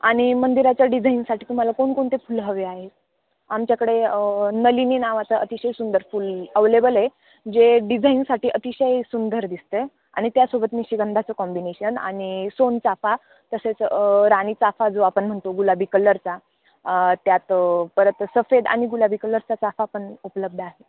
आणि मंदिराच्या डिझाईनसाठी तुम्हाला कोणकोणती फुलं हवी आहेत आमच्याकडे नलिनी नावाचं अतिशय सुंदर फूल अवेलेबल आहे जे डिझाईनसाठी अतिशय सुंदर दिसतं आणि त्यासोबत निशिगंंधाचं कॉम्बिनेशन आणि सोनचाफा तसेच राणीचाफा जो आपण म्हणतो गुलाबी कलरचा त्यात परत सफेद आणि गुलाबी कलरचा चाफा पण उपलब्ध आहे